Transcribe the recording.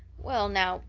well now,